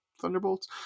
thunderbolts